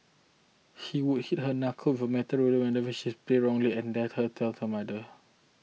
he would hit her knuckle with a metal ruler she's played wrongly and dared her tell her mother